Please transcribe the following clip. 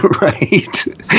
Right